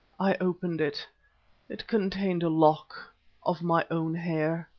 i opened it it contained a lock of my own hair!